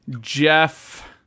Jeff